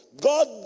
God